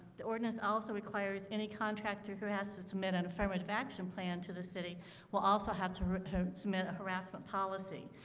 the ordinance also requires any contractor who has to submit an affirmative action plan to the city will also have to submit a harassment policy.